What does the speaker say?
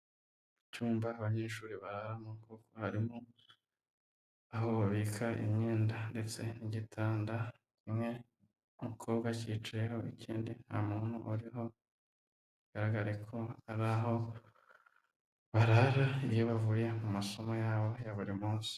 Icyumba abanyeshuri bararamo, kuko harimo aho babika imyenda ndetse n'igitanda, kimwe umukobwa acyicayeho ikindi nta muntu uriho, bigaragare ko ari aho barara iyo bavuye mu masomo yabo ya buri munsi.